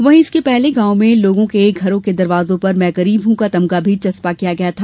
वही इसके पहले गांव में लोगों के घरों के दरवाजे पर मैं गरीब हूं का तमगा चस्पा किया था